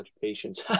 Patience